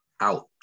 out